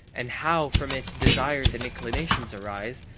and how from it desires and inclinations arise,